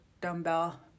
dumbbell